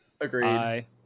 Agreed